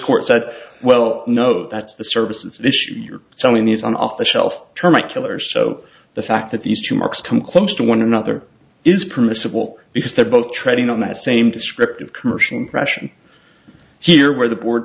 court said well no that's the services issue you're selling these on off the shelf termite killer so the fact that these two marks come close to one another is permissible because they're both treading on that same descriptive commercial impression here where the board